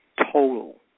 total